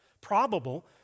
probable